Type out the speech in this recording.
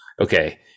okay